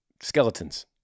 skeletons